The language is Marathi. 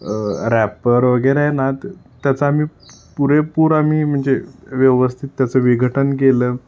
रॅपर वगैरे आही ना त त्याचा आम्ही पुरेपूर आम्ही म्हणजे व्यवस्थित त्याचं विघटन केलं